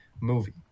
movie